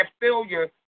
failure